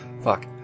fuck